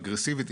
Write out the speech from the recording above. אגרסיבית,